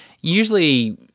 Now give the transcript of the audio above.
usually